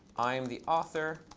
i'm the author,